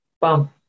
bump